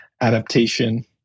adaptation